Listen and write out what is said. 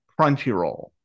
Crunchyroll